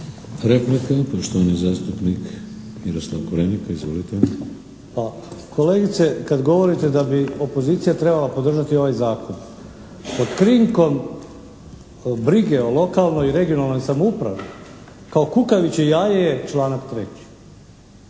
Replika poštovani zastupnik Miroslav Korenika. Izvolite! **Korenika, Miroslav (SDP)** Kolegice, kad govorite da bi opozicija trebala podržati ovaj zakon pod krinkom brige o lokalnoj i regionalnoj samoupravi kao kukavičke jaje je članak 3.